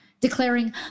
declaring